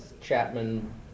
Chapman